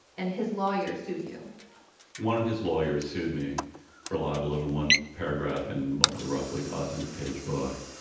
and his lawyer sued you one of his lawyers sued me for libel over one paragraph in what was a roughly five hundred page book,